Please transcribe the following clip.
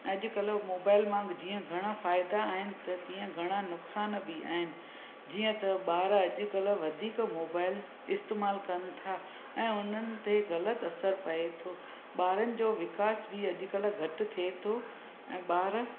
अॼुकल्ह मोबाइल मां बि जीअं घणा फ़ाइदा आहिनि त तीअं घणा नुक़सानु बि आहिनि जीअं त ॿार अॼुकल्ह वधीक मोबाइल इस्तेमालु कनि था ऐं हुननि जे ग़लति असर पये थो ॿारनि जो विकास बि अॼुकल्ह घटि थिए थो ऐं ॿार